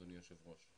אדוני היושב-ראש,